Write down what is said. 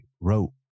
wrote